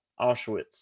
Auschwitz